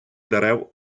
дерев